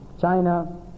China